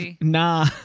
Nah